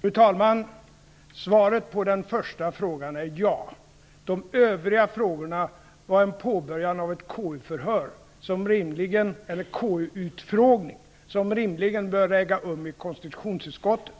Fru talman! Svaret på den första frågan är ja. De övriga frågorna var en påbörjan av en KU-utfrågning som rimligen bör äga rum i konstitutionsutskottet.